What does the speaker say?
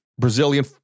Brazilian